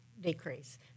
decrease